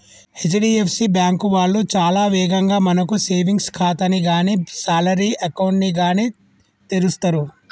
HDFC bank వాళ్ళు చాలా వేగంగా మనకు సేవింగ్స్ ఖాతాని గానీ శాలరీ అకౌంట్ ని గానీ తెరుస్తరు